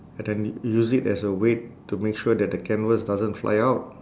and then u~ use it as a weight to make sure that the canvas doesn't fly out